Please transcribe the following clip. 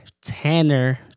Tanner